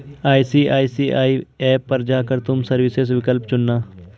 ICICI app पर जा कर तुम सर्विसेस विकल्प चुनना